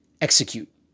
execute